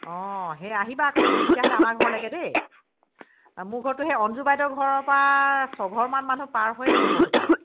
অঁ সেই আহিবা আকৌ তুমি তেতিয়াহ'লে আমাৰ ঘৰলৈকে দেই মোৰ ঘৰটো সেই অঞ্জু বাইদেউৰ ঘৰৰ পৰা ছঘৰমান মানুহ পাৰ হৈয়ে মোৰ ঘৰটো পায়